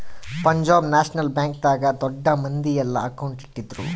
Punjab national bank ದಾಗ ದೊಡ್ಡ ಮಂದಿ ಯೆಲ್ಲ ಅಕೌಂಟ್ ಇಟ್ಟಿದ್ರು